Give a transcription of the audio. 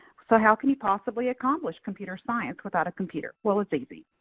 so how can you possibly accomplish computer science without a computer? well it's easy.